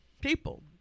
people